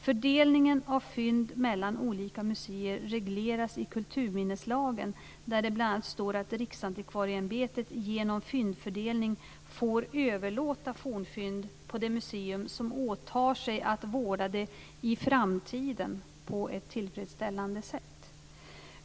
Fördelningen av fynd mellan olika museer regleras i kulturminneslagen, där det bl.a. står att Riksantikvarieämbetet genom fyndfördelning får överlåta fornfynd på det museum som åtar sig att vårda det i framtiden på ett tillfredsställande sätt.